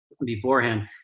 beforehand